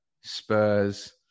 Spurs